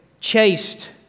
chased